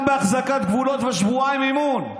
גם באחזקת גבולות, ושבועיים באימון.